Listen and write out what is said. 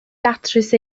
datrys